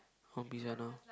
I want pizza now